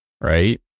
Right